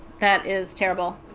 that is terrible